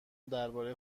درباره